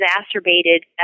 exacerbated